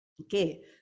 Okay